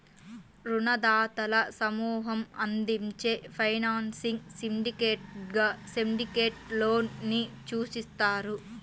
రుణదాతల సమూహం అందించే ఫైనాన్సింగ్ సిండికేట్గా సిండికేట్ లోన్ ని సూచిస్తారు